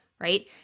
right